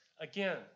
Again